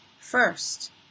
first